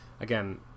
Again